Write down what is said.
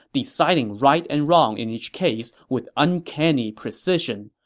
deciding right and wrong in each case with uncanny precision.